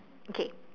okay